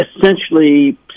essentially